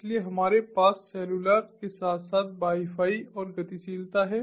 इसलिए हमारे पास सेलुलर के साथ साथ वाई फाई और गतिशीलता है